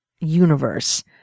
universe—